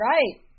Right